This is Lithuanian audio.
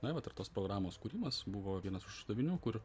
na vat ir tos programos kūrimas buvo vienas iš uždavinių kur